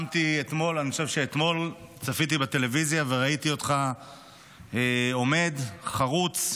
אתמול צפיתי בטלוויזיה וראיתי אותך עומד חרוץ,